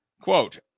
quote